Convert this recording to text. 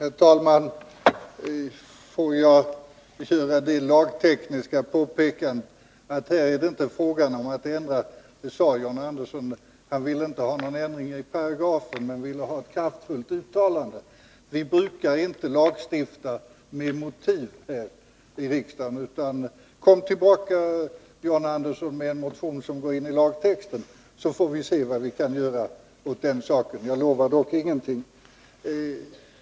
Herr talman! Beträffande den lagtekniska aspekten sade John Andersson att han inte ville ha någon ändring i paragrafen i fråga men ville ha ett kraftfullt uttalande. Låt mig då påpeka att vi här i riksdagen inte brukar lagstifta genom angivande av motiv. Kom tillbaka med en motion, John Andersson, med förslag till ändring av lagtexten, så får vi se vad vi kan göra åt saken! Jag lovar dock ingenting.